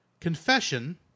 Confession